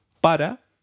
para